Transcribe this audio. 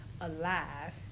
alive